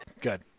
Good